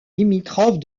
limitrophe